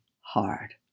hard